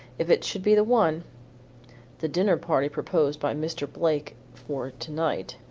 if it should be the one the dinner party proposed by mr. blake for to-night,